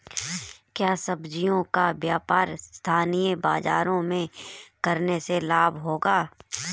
क्या सब्ज़ियों का व्यापार स्थानीय बाज़ारों में करने से लाभ होगा?